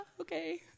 okay